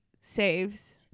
saves